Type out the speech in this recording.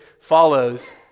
follows